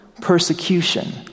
persecution